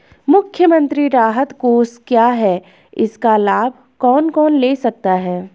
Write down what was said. मुख्यमंत्री राहत कोष क्या है इसका लाभ कौन कौन ले सकता है?